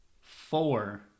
four